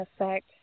effect